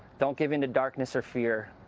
don't give into darkness or fear.